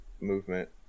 movement